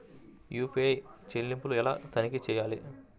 UPI చెల్లింపులు ఎలా తనిఖీ చేయాలి?